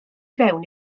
fewn